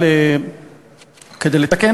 מצנע,